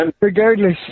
regardless